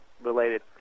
related